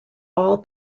all